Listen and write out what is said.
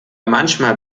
manchmal